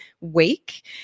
week